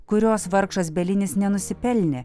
kurios vargšas belinis nenusipelnė